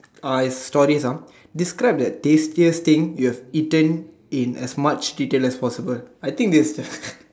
uh it's stories ah describe that tastiest thing you have eaten in as much detail as possible I think this question